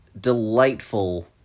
delightful